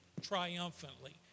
triumphantly